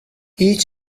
each